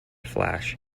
flash